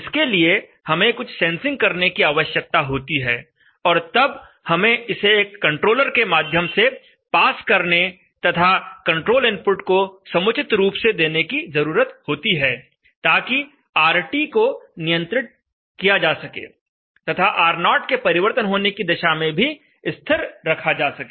इसके लिए हमें कुछ सेंसिंग करने की आवश्यकता होती है और तब हमें इसे एक कंट्रोलर के माध्यम से पास करने तथा कंट्रोल इनपुट को समुचित रूप से देने की जरूरत होती है ताकि RT को नियंत्रित किया जा सके तथा R0 के परिवर्तन होने की दशा में भी स्थिर रखा जा सके